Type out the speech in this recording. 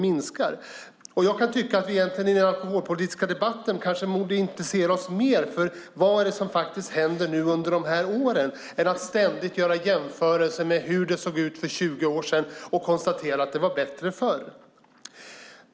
I den alkoholpolitiska debatten borde vi kanske intressera oss mer för vad det är som händer nu än ständigt göra jämförelser med hur det såg ut för 20 år sen och säga att det var bättre förr.